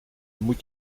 moet